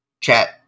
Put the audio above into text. chat